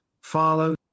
follow